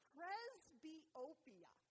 Presbyopia